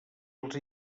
els